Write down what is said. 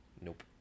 Nope